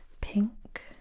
pink